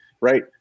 Right